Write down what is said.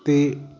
ਤੇ